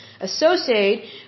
associated